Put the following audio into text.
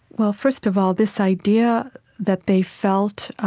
well, first of all, this idea that they felt